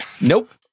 Nope